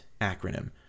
acronym